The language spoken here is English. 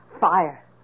Fire